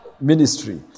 ministry